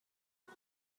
بره